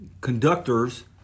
conductors